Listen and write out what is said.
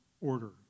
order